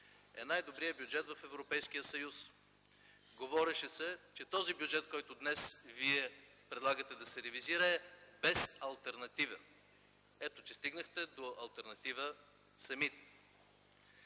е най-добрият бюджет в Европейския съюз. Говореше се, че този бюджет, който Вие днес предлагате да се ревизира, е без алтернатива. Ето че, стигнахте до алтернатива сами.